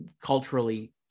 culturally